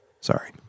Sorry